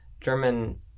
German